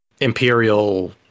imperial